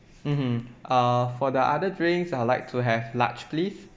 mmhmm uh for the other drinks I will like to have large please